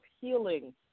healing